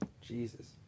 Jesus